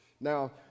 now